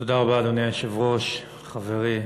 אדוני היושב-ראש, תודה, חברי,